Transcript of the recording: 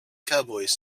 cowboys